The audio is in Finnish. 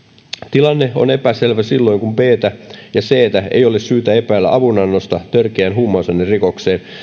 tilanne on epäselvä silloin kun btä ja ctä ei ole syytä epäillä avunannosta törkeään humausainerikokseen